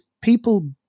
people